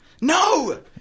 no